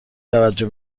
توجه